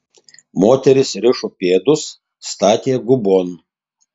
moterys rišo pėdus statė gubon